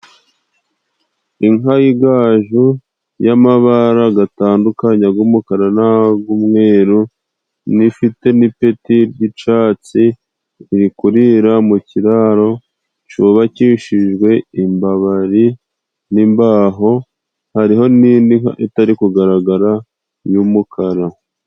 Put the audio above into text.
Inka y'igaju y'amabara gatandukanye ag'umukara n'ag'umweru n'ifite n'ipeti ry'icatsi ziri kurira mu kiraro cyubakishijwe imbabari n'imbaho, hariho n'indi nka itari kugaragara y'umukara.